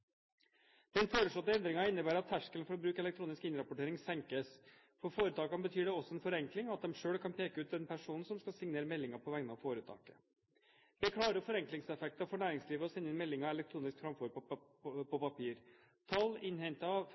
Den foreslåtte endringen innebærer at terskelen for å bruke elektronisk innrapportering senkes. For foretakene betyr det også en forenkling at de selv kan peke ut den personen som skal signere meldinger på vegne av foretaket. Det er klare forenklingseffekter for næringslivet ved å sende inn meldinger elektronisk framfor på papir. Tall innhentet fra en rapport bestilt av